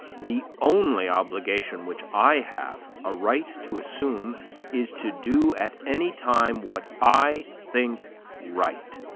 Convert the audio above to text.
the only obligation which i have a right to assume is to do at any time what i think right.